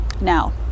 now